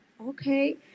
okay